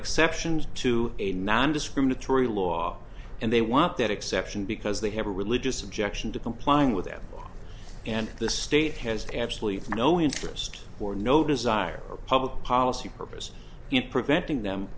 exceptions to a non discriminatory law and they want that exception because they have a religious objection to complying with them and the state has absolutely no interest or no desire or public policy purpose in preventing them